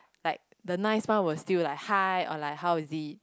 like the nice one will still like hi or like how is it